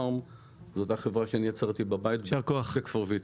זו אותה חברה שאני יצרתי בבית בכפר ויתקין.